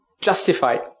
justified